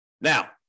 Now